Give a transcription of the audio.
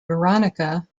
veronica